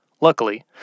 Luckily